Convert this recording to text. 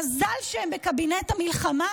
מזל שהם בקבינט המלחמה,